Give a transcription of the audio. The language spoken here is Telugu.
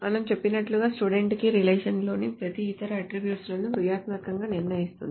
మనం చెప్పినట్లుగా స్టూడెంట్ కీ రిలేషన్ లోని ప్రతి ఇతర అట్ట్రిబ్యూట్ లను క్రియాత్మకంగా నిర్ణయిస్తుంది